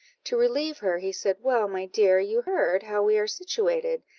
to relieve her, he said well, my dear, you heard how we are situated,